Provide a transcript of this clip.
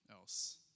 else